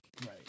Right